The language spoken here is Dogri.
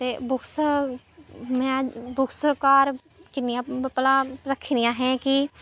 ते बुक्स में बुक्स घर किन्नियां भला रक्खी दियां अहें कि